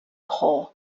hall